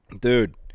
Dude